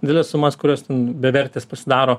dideles sumas kurios ten bevertės pasidaro